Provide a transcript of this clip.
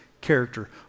character